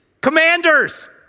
Commanders